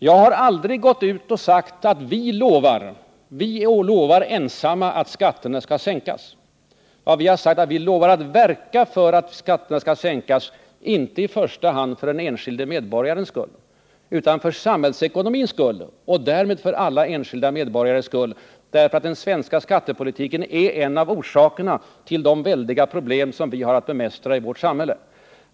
Jag har aldrig gått ut och sagt att vi lovar att ensamma sänka skatterna. Vad vi har sagt är att vi lovar att verka för att skatterna skall sänkas, inte i första hand för den enskilde medborgarens skull utan för samhällsekonomins skull och därmed för alla enskilda medborgares skull, därför att den svenska skattepolitiken är en av orsakerna till de väldiga problem vi har att bemästra i vårt samhälle.